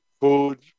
food